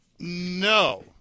No